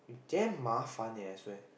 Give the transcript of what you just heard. damn 麻烦:mafan leh I swear